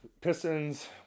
Pistons